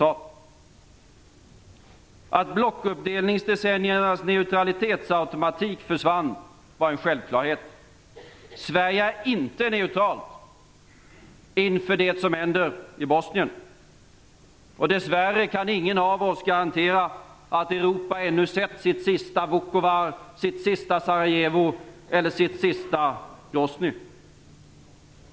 Att blockuppdelningsdecenniernas neutralitetsautomatik försvann var en självklarhet. Sverige är inte neutralt inför det som händer i Bosnien. Och dess värre kan ingen av oss garantera att Europa ännu sett sitt sista Vukovar, sitt sista Sarajevo eller sitt sista Groznyj.